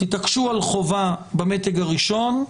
תתעקשו על חובה במתג הראשון,